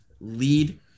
lead